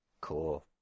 Cool